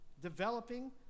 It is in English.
developing